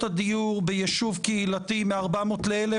הדיור בישוב קהילתי מ-400 ל-1,000?